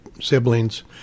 siblings